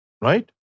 right